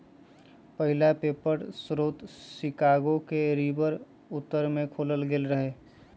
पहिला पेपर स्रोत शिकागो के रिवर उत्तर में खोलल गेल रहै